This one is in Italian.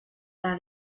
era